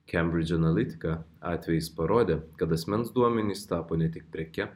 cambridge analytica atvejis parodė kad asmens duomenys tapo ne tik preke